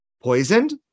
poisoned